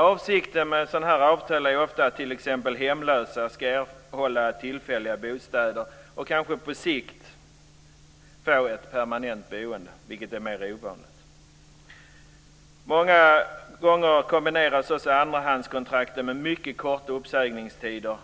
Avsikten med sådana här avtal är ofta att t.ex. hemlösa ska erhålla tillfälliga bostäder och kanske på sikt få ett permanent boende, vilket är mera ovanligt. Många gånger kombineras också andrahandskontrakt med mycket korta uppsägningstider